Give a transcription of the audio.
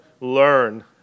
learn